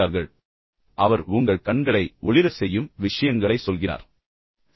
எனவே மீண்டும் அவர் உங்கள் கண்களை ஒளிரச் செய்யும் விஷயங்களைச் சொல்கிறார்